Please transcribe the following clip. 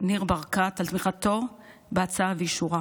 ניר ברקת על תמיכתו בהצעה ואישורה,